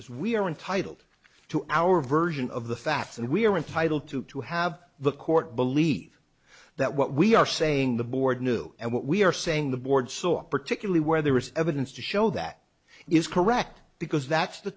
this we are entitled to our version of the facts and we're entitled to to have the court believe that what we are saying the board knew and what we are saying the board saw particularly where there is evidence to show that is correct because that's the